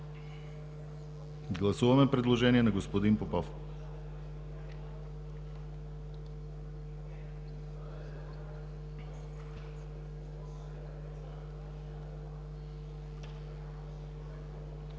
Гласуваме предложение на господин Попов.